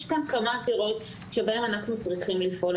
יש כאן כמה עתירות שבהם אנחנו צריכים לפעול.